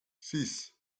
six